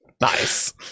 Nice